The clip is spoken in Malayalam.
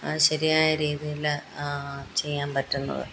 ശരിയായ രീതിയില് ചെയ്യാന് പറ്റുന്നത്